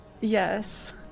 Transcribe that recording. Yes